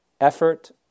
effort